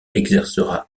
exercera